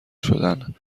شدن